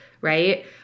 right